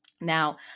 Now